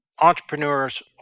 Entrepreneur's